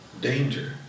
danger